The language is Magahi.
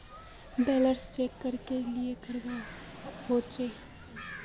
बैलेंस चेक करले की करवा होचे?